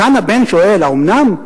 כאן הבן שואל: האומנם?